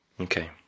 Okay